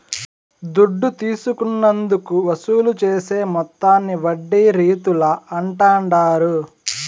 దుడ్డు తీసుకున్నందుకు వసూలు చేసే మొత్తాన్ని వడ్డీ రీతుల అంటాండారు